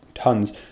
tons